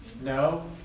no